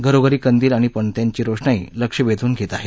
घरोघरी कंदील आणि पणत्यांची रोषणाई लक्ष वेधून घेत आहेत